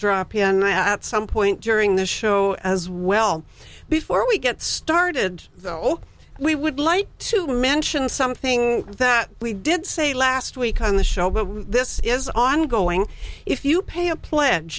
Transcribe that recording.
in at some point during the show as well before we get started though we would like to mention something that we did say last week on the show but this is ongoing if you pay a pl